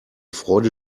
freude